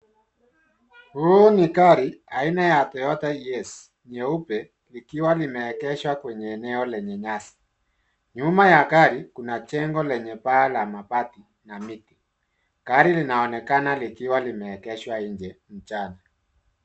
Huu ni gari aina ya Toyota Hiace nyeupe, likiwa limeegeshwa kwenye eneo lenye nyasi. Nyuma ya gari kuna jengo lenye paa la mabati na miti. Gari linaonekana likiwa limeegeshwa nje mchana.